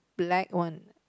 black one